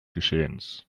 geschehens